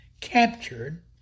captured